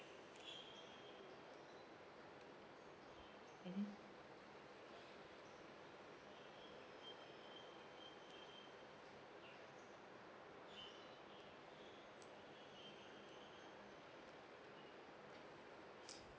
mmhmm